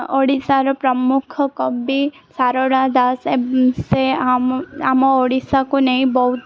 ଓଡ଼ିଶାର ପ୍ରମୁଖ କବି ସାରଳା ଦାସ ସେ ଆମ ଆମ ଓଡ଼ିଶାକୁ ନେଇ ବହୁତ